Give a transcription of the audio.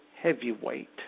heavyweight